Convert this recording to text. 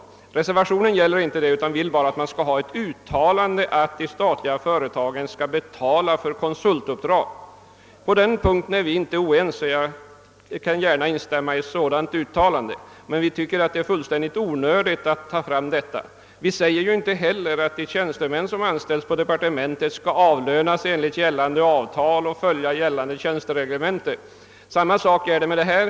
I reservationen begärs däremot bara ett uttalande om att de statliga företagen skall betala för konsultuppdrag. På denna punkt är vi inte oense. Vi som företräder utskottsmajoriteten kan gärna instämma i ett sådant uttalande, men vi tycker att det är onödigt att framhäva denna detalj. Ingen kräver att riksdagen skall uttala att de tjänstemän som anställs i departementet skall avlönas enligt gällande avtal och följa gällande tjänstereglemente. Samma sak är det med det här.